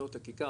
נאות הכיכר,